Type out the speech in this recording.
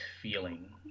feeling